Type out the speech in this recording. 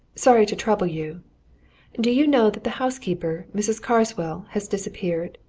sorry to trouble you do you know that the housekeeper, mrs. carswell, has disappeared?